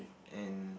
and